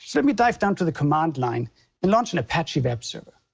so let me dive down to the command line and launch in apache web server.